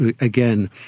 again